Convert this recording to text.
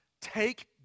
Take